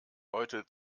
heute